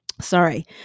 sorry